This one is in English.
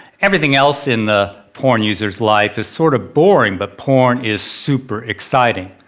everything else in the porn user's life is sort of boring, but porn is super exciting.